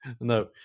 No